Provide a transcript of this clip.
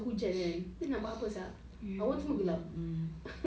ya she's been wanting to